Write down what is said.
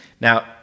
Now